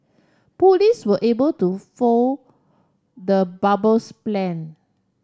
police were able to foil the bomber's plan